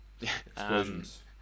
Explosions